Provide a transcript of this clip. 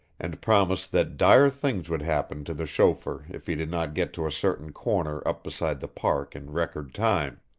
and promised that dire things would happen to the chauffeur if he did not get to a certain corner up beside the park in record time.